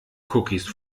cookies